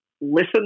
listen